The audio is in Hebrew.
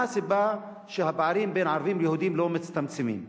מה הסיבה שהפערים בין ערבים ליהודים לא מצטמצמים?